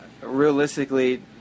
realistically